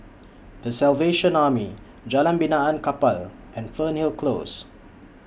The Salvation Army Jalan Benaan Kapal and Fernhill Close